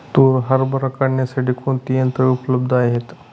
तूर हरभरा काढण्यासाठी कोणती यंत्रे उपलब्ध आहेत?